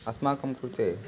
अस्माकं कृते